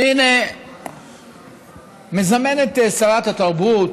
והינה מזמנת שרת התרבות